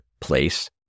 place